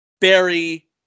Barry